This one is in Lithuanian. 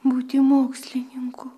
būti mokslininku